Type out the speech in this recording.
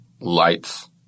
lights